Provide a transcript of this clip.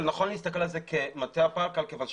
אבל נכון להסתכל על זה כמטה הפלקל במנהל